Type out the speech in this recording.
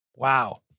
Wow